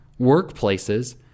workplaces